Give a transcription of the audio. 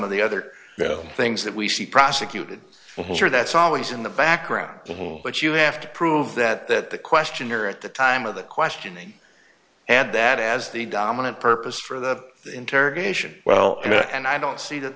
of the other things that we see prosecuted or that's always in the background but you have to prove that that the questioner at the time of the questioning and that as the dominant purpose for the interrogation well and i don't see that